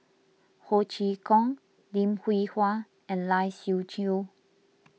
Ho Chee Kong Lim Hwee Hua and Lai Siu Chiu